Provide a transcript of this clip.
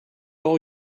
all